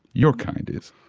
your kind is.